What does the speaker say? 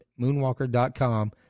moonwalker.com